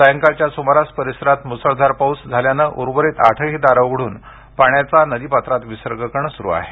सायंकाळच्या सुमारास परिसरात मुसळधार पाऊस उर्वरित आठही दारं उघडून पाण्याचा नदीपात्रात विसर्ग करणे सुरू आहे